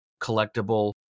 collectible